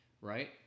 right